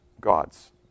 God's